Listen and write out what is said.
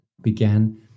began